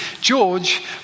George